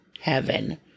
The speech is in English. heaven